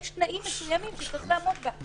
יש תנאים מסוימים שצריך לעמוד בהם.